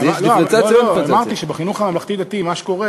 אז יש דיפרנציאציה או אין דיפרנציאציה?